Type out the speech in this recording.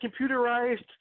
computerized